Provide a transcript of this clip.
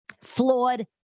Flawed